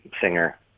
singer